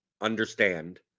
understand